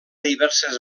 diverses